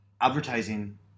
advertising